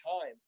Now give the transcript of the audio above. time